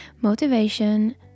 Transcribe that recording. motivation